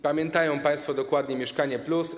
Pamiętają państwo dokładnie ˝Mieszkanie+˝